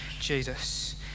Jesus